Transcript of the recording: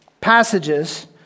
passages